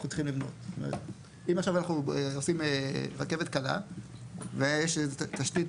אם אנחנו עושים עכשיו רכבת קלה ויש איזו תשתית